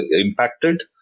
impacted